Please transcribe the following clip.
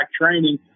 training